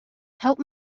help